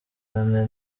ane